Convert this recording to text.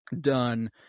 done